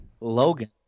Logan